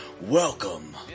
welcome